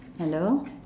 hello